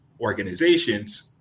organizations